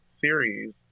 series